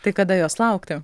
tai kada jos laukti